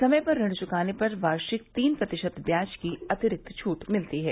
समय पर ऋण चुकाने पर वार्षिक तीन प्रतिशत ब्याज की अतिरिक्त छूट मिलती है